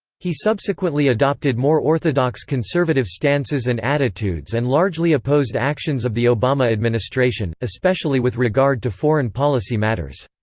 he subsequently adopted more orthodox conservative stances and attitudes and largely opposed actions of the obama administration, especially with regard to foreign policy matters.